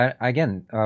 again